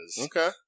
Okay